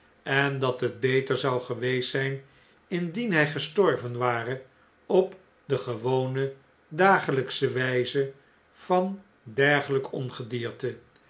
en dat het beter zou geweest zijn indien hij gestorven ware op de gewone dagelijksche wijze van dergelijk ongedierte